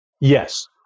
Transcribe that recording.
Yes